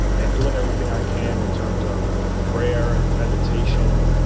and doing everything i can in terms of prayer and meditation.